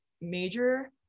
major